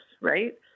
right